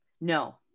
No